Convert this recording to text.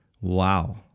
Wow